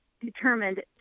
determined